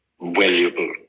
valuable